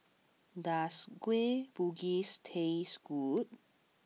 does Kueh Bugis taste good